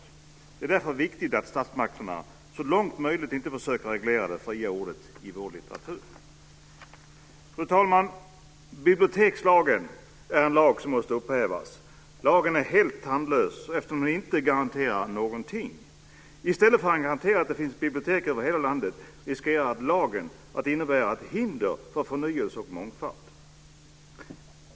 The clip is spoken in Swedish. Det är därför viktigt att statsmakterna så långt möjligt inte försöker att reglera det fria ordet i vår litteratur. Fru talman! Bibliotekslagen är en lag som måste upphävas. Lagen är helt tandlös, eftersom den inte garanterar någonting. I stället för att garantera att det finns bibliotek över hela landet, riskerar lagen att innebära ett hinder för förnyelse och mångfald.